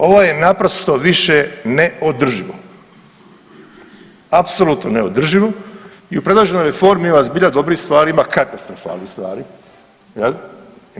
Ovo je naprosto više neodrživo, apsolutno neodrživo i u predloženoj reformi ima zbilja dobrih stvari, ima i katastrofalnih stvari, jel.